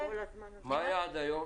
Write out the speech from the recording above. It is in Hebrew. מה היה עד היום?